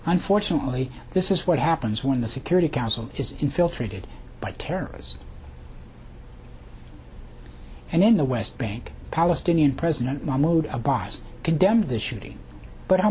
unfortunately this is what happens when the security council is infiltrated by terrorists and in the west bank palestinian president mahmoud abbas condemned the shooting but h